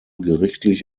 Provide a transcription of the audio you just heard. gerichtlich